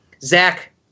Zach